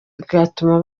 bigatuma